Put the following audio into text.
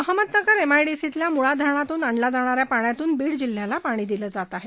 Ahmednagar M I D C तल्या मुळा धरणातून आणल्या जाणाऱ्या पाण्यातून बीड जिल्ह्याला पाणी दिले जात आहे